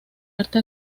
arte